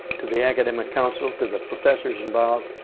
to the academic council, to the professors involved.